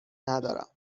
ندارم